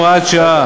הוראת שעה.